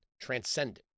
Transcendent